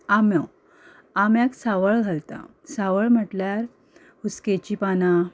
आंबो आम्याक सावळ घालता सावळ म्हटल्यार हुस्केची पानां